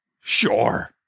Sure